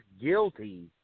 guilty